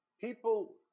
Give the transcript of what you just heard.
people